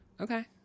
Okay